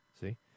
see